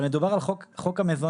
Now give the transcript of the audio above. אבל מדובר על חוק המזונות,